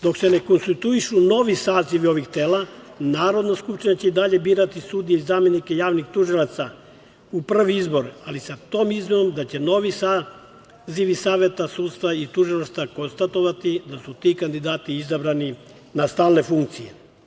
Dok se ne konstituišu novi sazivi ovih tela, Narodna skupština će i dalje birati sudije i zamenike javnih tužilaca u prvi izbor, ali sa tom izmenom da će novi sazivi saveta sudstva i tužilaštva konstatovati da su ti kandidati izabrani na stalne funkcije.